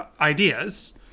ideas